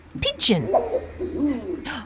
pigeon